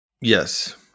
Yes